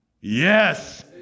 Yes